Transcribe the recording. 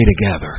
together